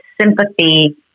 sympathy